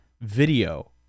video